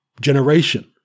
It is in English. generation